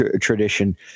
tradition